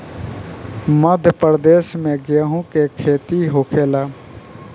मध्यप्रदेश में गेहू के खेती होखेला